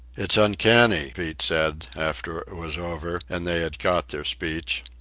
it's uncanny, pete said, after it was over and they had caught their speech.